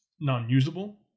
non-usable